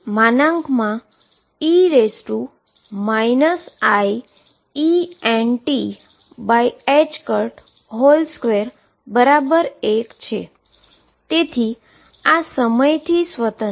વળી e iEnt21 છે અને તેથી આ સમયથી સ્વતંત્ર છે